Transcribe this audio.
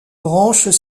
branches